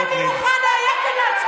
מזל שאמיר אוחנה היה כאן להצביע.